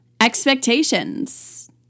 expectations